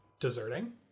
deserting